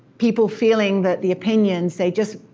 people feeling that the opinions, they just,